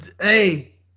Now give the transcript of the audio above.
hey